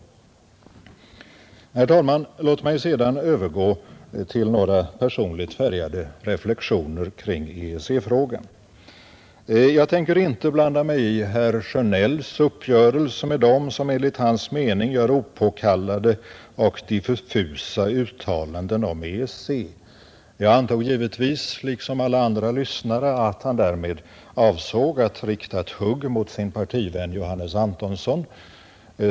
Herr talman! Låt mig sedan övergå till några personligt färgade reflexioner kring EEC-frågan. Jag tänker inte blanda mig i herr Sjönells uppgörelse med dem som enligt hans mening gör opåkallade och diffusa uttalanden om EEC. Jag antog givetvis, liksom alla andra lyssnare, att han därmed avsåg att rikta ett hugg mot sin partivän Johannes Antonsson.